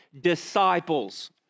disciples